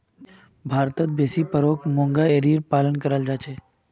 भारतत बेसी पर ओक मूंगा एरीर पालन कराल जा छेक